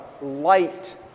light